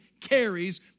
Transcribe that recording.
carries